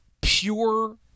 pure